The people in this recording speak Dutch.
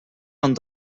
van